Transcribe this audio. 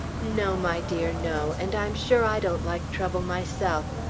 no, my dear no and i'm sure i don't like trouble myself.